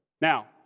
Now